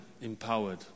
empowered